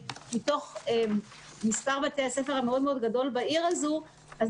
מספר בתי הספר בעיר הוא מאוד מאוד גדול, ויש